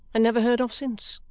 and never heard of since.